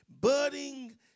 budding